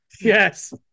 Yes